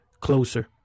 closer